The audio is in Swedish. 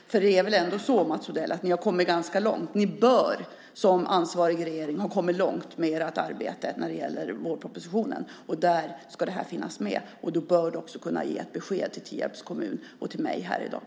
Det är väl ändå så, Mats Odell, att ni har kommit ganska långt. Ni bör, som ansvarig regering, ha kommit långt med ert arbete när det gäller vårpropositionen. Där ska det här finnas med. Då bör du också kunna ge ett besked till Tierps kommun och till mig här i dag.